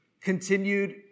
continued